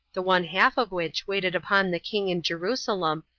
the one half of which waited upon the king in jerusalem,